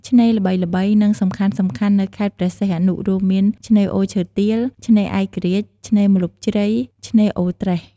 ឆ្នេរល្បីៗ និងសំខាន់ៗនៅខេត្តព្រះសីហនុ រួមមាន ឆ្នេរអូឈើទាល ឆ្នេរឯករាជ្យ ឆ្នេរម្លប់ជ្រៃ ឆ្នេរអូរត្រេស។